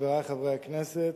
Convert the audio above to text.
חברי חברי הכנסת,